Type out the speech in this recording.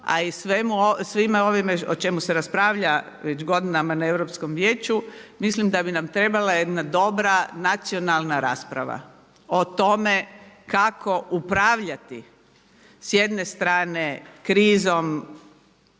a i svime ovime o čemu se raspravlja već godinama na Europskom vijeću mislim da bi nam trebala jedna dobra nacionalna rasprava o tome kako upravljati s jedne strane krizom